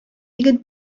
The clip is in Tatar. егет